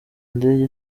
ndege